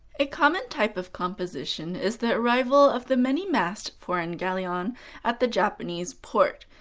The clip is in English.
a common type of composition is the arrival of the many-masted foreign galleon at the japanese port,